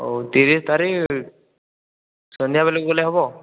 ହେଉ ତିରିଶ ତାରିଖ ସନ୍ଧ୍ୟା ବେଳକୁ ଗଲେ ହେବ